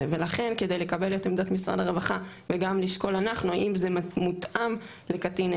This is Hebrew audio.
ולכן כדי לקבל את עמדת משרד הרווחה וגם לשקול אנחנו אם זה מותאם לקטין,